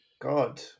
God